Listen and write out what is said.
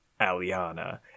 Aliana